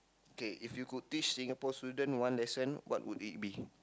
K if you could teach Singapore student one lesson what would it be